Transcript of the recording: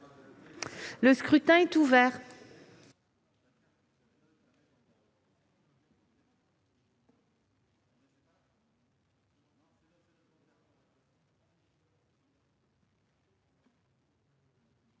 Le scrutin est ouvert.